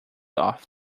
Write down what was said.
off